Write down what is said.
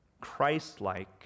Christ-like